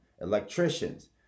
electricians